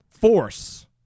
Force